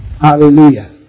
Hallelujah